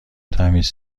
تمیز